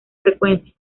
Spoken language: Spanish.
frecuencia